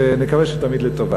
ונקווה שתמיד לטובה.